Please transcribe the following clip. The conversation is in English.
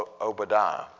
Obadiah